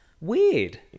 weird